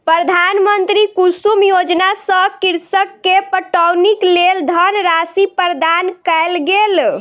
प्रधानमंत्री कुसुम योजना सॅ कृषक के पटौनीक लेल धनराशि प्रदान कयल गेल